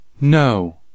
No